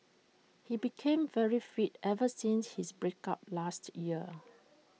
he became very fit ever since his break up last year